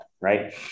right